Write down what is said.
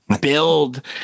build